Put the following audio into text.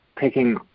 taking